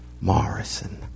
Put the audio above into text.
Morrison